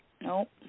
Nope